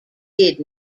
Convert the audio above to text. did